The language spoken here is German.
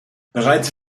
bereits